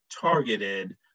targeted